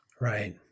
Right